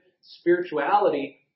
spirituality